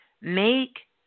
make